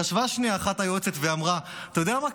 חשבה שנייה היועצת ואמרה: אתה יודע מה,